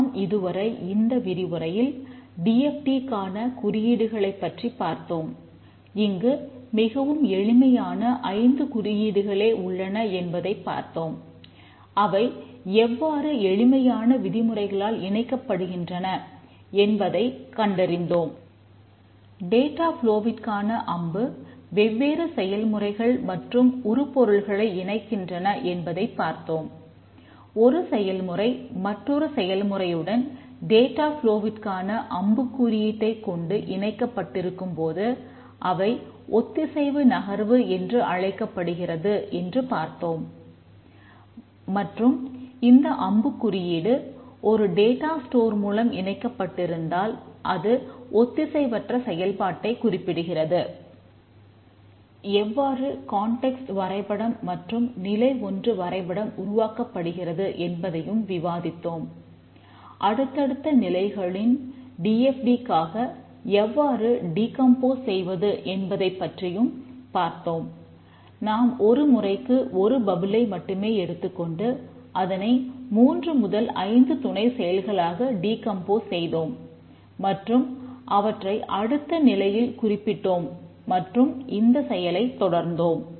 நாம் இதுவரை இந்த விரிவுரையில் டி எஃப் டி செய்தோம் மற்றும் அவற்றை அடுத்த நிலையில் குறிப்பிட்டோம் மற்றும் இந்த செயலைத் தொடர்ந்தோம்